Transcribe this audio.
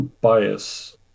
bias